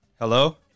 Hello